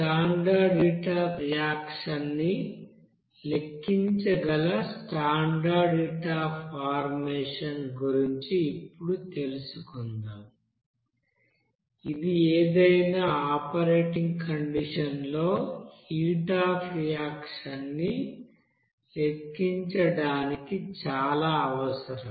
standard heat of reaction ని లెక్కించగల standard heat of formation గురించి ఇప్పుడు తెలుసుకుందాం ఇది ఏదైనా ఆపరేటింగ్ కండిషన్ లో హీట్ అఫ్ రియాక్షన్ ని లెక్కించడానికి చాలా అవసరం